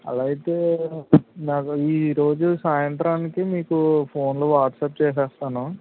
అలా అయితే నాకు ఈరోజు సాయంత్రానికి మీకు ఫోన్లో వాట్సాప్ చేస్తాను